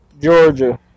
Georgia